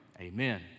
amen